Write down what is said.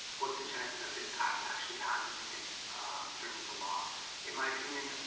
what's the chances that this act actually passes and gets turned into law in my opinion?